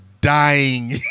dying